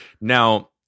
Now